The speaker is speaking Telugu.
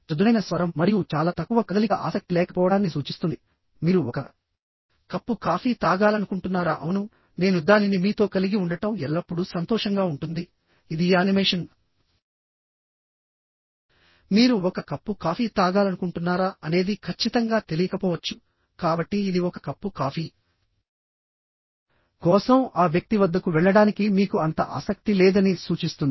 చదునైన స్వరం మరియు చాలా తక్కువ కదలిక ఆసక్తి లేకపోవడాన్ని సూచిస్తుంది మీరు ఒక కప్పు కాఫీ తాగాలనుకుంటున్నారా అవును నేను దానిని మీతో కలిగి ఉండటం ఎల్లప్పుడూ సంతోషంగా ఉంటుంది ఇది యానిమేషన్ మీరు ఒక కప్పు కాఫీ తాగాలనుకుంటున్నారా అనేది ఖచ్చితంగా తెలియకపోవచ్చు కాబట్టి ఇది ఒక కప్పు కాఫీ కోసం ఆ వ్యక్తి వద్దకు వెళ్లడానికి మీకు అంత ఆసక్తి లేదని సూచిస్తుంది